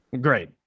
great